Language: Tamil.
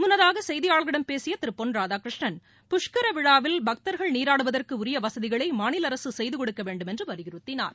முன்னதாக செய்தியாளர்களிடம் பேசிய திரு பொன் ராதாகிருஷ்ணன் புஷ்கர விழாவில் பக்தர்கள் நீராடுவதற்கு உரிய வசதிகளை மாநில அரசு செய்து கொடுக்க வேண்டுமென்று வலியுறுத்தினார்